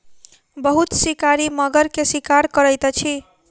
बहुत शिकारी मगर के शिकार करैत अछि